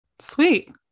sweet